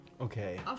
Okay